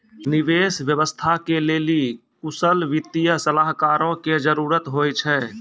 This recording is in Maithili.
निवेश व्यवस्था के लेली कुशल वित्तीय सलाहकारो के जरुरत होय छै